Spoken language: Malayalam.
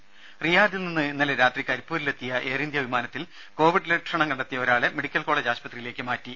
ത റിയാദിൽ നിന്ന് ഇന്നലെ രാത്രി കരിപ്പൂരിലെത്തിയ എയർഇന്ത്യ വിമാനത്തിൽ കോവിഡ് ലക്ഷണം കണ്ടെത്തിയ ഒരാളെ മെഡിക്കൽ കോളജ് ആശുപത്രിയിലേക്ക് മാറ്റി